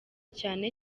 cyane